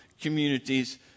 communities